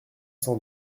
cent